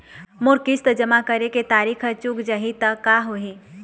मोर किस्त जमा करे के तारीक हर चूक जाही ता का होही?